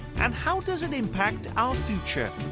and how does and impact our future?